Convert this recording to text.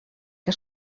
que